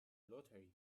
lottery